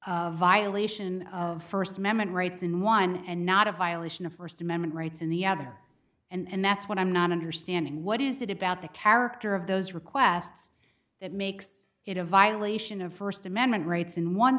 cases violation of first amendment rights in one and not a violation of first amendment rights in the other and that's what i'm not understanding what is it about the character of those requests that makes it a violation of first amendment rights in one